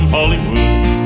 Hollywood